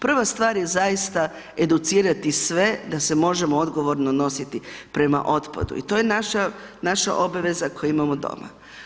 Prva stvar je zaista educirati sve da se možemo odgovorno nositi prema otpadu i to je naša obaveza koju imamo doma.